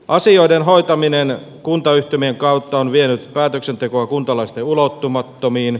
asioiden hoitaminen kuntayhtymien kautta on vienyt päätöksentekoa kuntalaisten ulottumattomiin